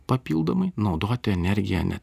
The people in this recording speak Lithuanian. papildomai naudoti energiją ne